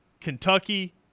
Kentucky